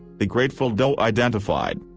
the grateful doe identified.